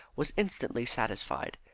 was instantly satisfied,